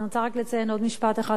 אני רוצה רק לציין עוד משפט אחד,